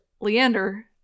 Leander